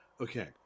Okay